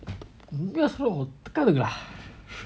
உண்மையசொன்னாஒத்துக்க:unmaiya sonna otdhukka lah